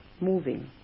moving